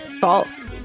False